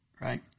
right